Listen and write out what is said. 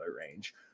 range